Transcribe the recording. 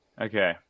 Okay